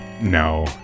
No